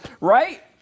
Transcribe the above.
right